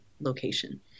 location